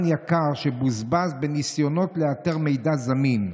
יקר שבוזבז בניסיונות לאתר מידע זמין.